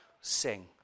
sing